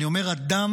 אני אומר אדם,